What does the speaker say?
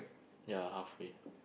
ya halfway